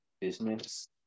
business